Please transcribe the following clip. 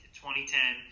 2010